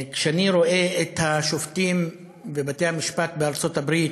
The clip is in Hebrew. כשאני רואה את השופטים בבתי-המשפט בארצות-הברית